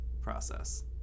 process